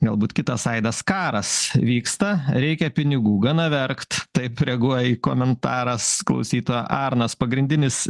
galbūt kitas aidas karas vyksta reikia pinigų gana verkt taip reaguoja į komentaras klausytoja arnas pagrindinis